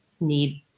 need